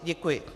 Děkuji.